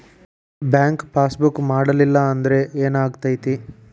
Bank passbook ಮಾಡಲಿಲ್ಲ ಅಂದ್ರೆ ಏನ್ ಆಗ್ತೈತಿ?